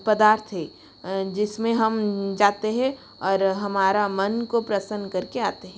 पदार्थ है जिसमें हम जाते हैं और हमारा मन को प्रसन्न करके आते हैं